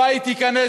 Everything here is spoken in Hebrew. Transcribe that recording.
הבית ייכנס,